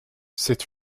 c’est